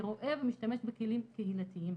שרואה ומשתמש בכלים קהילתיים.